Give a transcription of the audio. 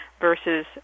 versus